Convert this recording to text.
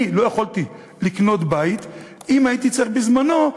אני לא יכולתי לקנות בית אם הייתי צריך בזמני,